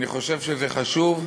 אני חושב שזה חשוב.